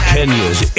Kenya's